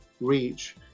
reach